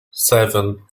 seven